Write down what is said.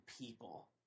people